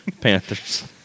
Panthers